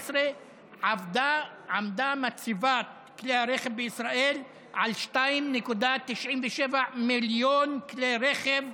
עמדה מצבת הרכב בישראל על 2.97 מיליון כלי רכב,